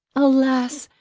alas!